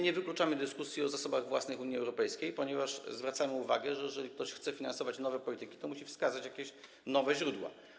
Nie wykluczamy dyskusji o zasobach własnych Unii Europejskiej, ponieważ zwracamy uwagę, że jeżeli ktoś chce finansować nowe polityki, to musi wskazać jakieś nowe źródła.